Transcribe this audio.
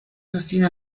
sostiene